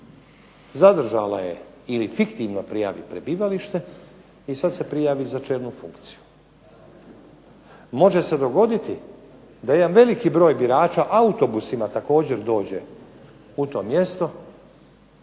zadržala je ili prijavi prebivalište i sad se prijavi za čelnu funkciju. Može se dogoditi da jedan veliki broj birača autobusima također dođe u to mjesto,